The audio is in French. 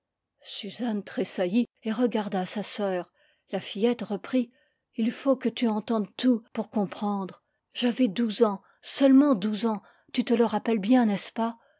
suzanne tressaillit et regarda sa sœur la fillette reprit ii faut que tu entendes tout pour comprendre j'avais douze ans seulement douze ans tu te le rappelles bien n'est-ce pas